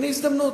הנה הזדמנות.